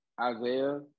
Isaiah